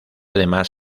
además